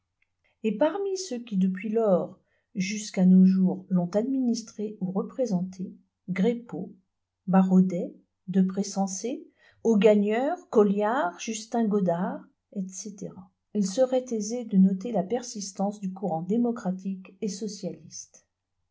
et parmi ceux qui depuis lors jusqu'à nos jours l'ont administrée ou représentée greppo barodet de pressensé augagneur couiard justin godart etc il serait aisé de noter la persistance du courant démocratique et socialiste